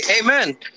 Amen